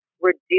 reduce